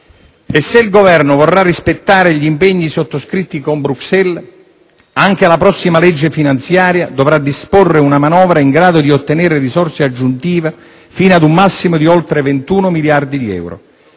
E se il Governo vorrà rispettare gli impegni sottoscritti con Bruxelles, «anche la prossima legge finanziaria dovrà disporre una manovra in grado di ottenere risorse aggiuntive fino a un massimo di oltre 21 miliardi di euro».